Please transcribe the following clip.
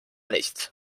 nicht